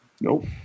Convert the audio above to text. Nope